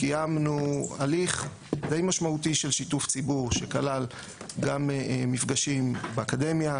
קיימנו הליך די משמעותי של שיתוף ציבור שכלל גם מפגשים באקדמיה,